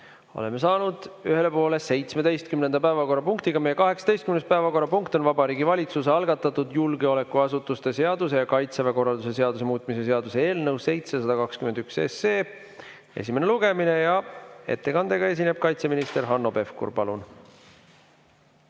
Oleme saanud ühele poole 17. päevakorrapunktiga. 18. päevakorrapunkt on Vabariigi Valitsuse algatatud julgeolekuasutuste seaduse ja Kaitseväe korralduse seaduse muutmise seaduse eelnõu 721 esimene lugemine. Ettekandega esineb kaitseminister Hanno Pevkur. Palun!